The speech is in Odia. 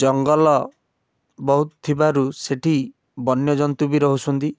ଜଙ୍ଗଲ ବହୁତ ଥିବାରୁ ସେଠି ବନ୍ୟଜନ୍ତୁ ବି ରହୁଛନ୍ତି